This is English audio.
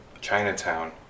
Chinatown